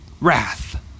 wrath